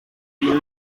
bibiri